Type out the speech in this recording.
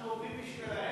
אנחנו עובדים בשבילם.